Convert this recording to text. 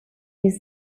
his